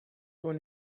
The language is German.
ohne